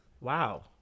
Wow